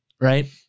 Right